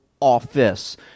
office